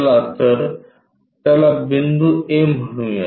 चला तर त्याला बिंदू A म्हणूया